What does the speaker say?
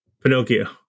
Pinocchio